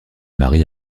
marie